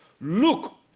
look